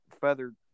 Feathered